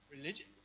religion